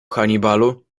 hannibalu